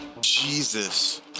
Jesus